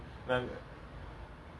eh how does liquor taste like ah